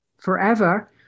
forever